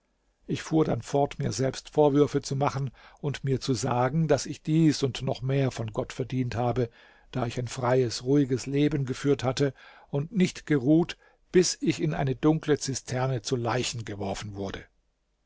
ich fuhr dann fort mir selbst vorwürfe zu machen und mir zu sagen daß ich dies und noch mehr von gott verdient habe da ich ein freies ruhiges leben geführt hatte und nicht geruht bis ich in eine dunkle zisterne zu leichen geworfen wurde